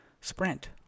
sprint